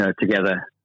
together